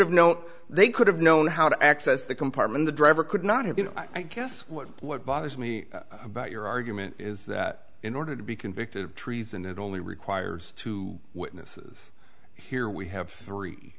know they could have known how to access the compartment the driver could not have been i guess what bothers me about your argument is that in order to be convicted of treason it only requires two witnesses here we have three